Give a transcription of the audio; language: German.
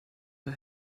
für